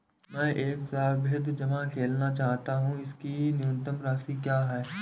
मैं एक सावधि जमा खोलना चाहता हूं इसकी न्यूनतम राशि क्या है?